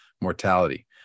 mortality